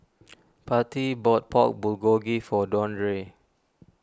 Patti bought Pork Bulgogi for Deandre